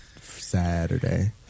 Saturday